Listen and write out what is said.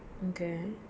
okay